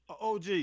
OG